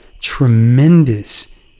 tremendous